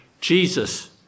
Jesus